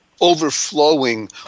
overflowing